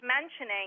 mentioning